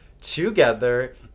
together